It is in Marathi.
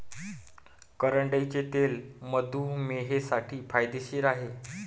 करडईचे तेल मधुमेहींसाठी फायदेशीर आहे